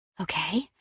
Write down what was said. Okay